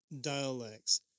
dialects